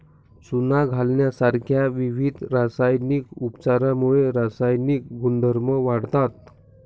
चुना घालण्यासारख्या विविध रासायनिक उपचारांमुळे रासायनिक गुणधर्म वाढतात